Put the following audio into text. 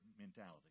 mentality